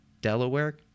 Delaware